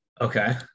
Okay